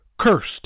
cursed